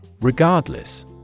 Regardless